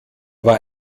war